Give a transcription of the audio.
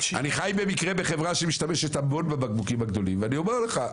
אני חי במקרה בחברה שמשתמשת המון בבקבוקים הגדולים ואני אומר לך,